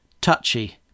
touchy